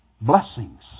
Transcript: Blessings